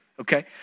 okay